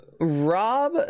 Rob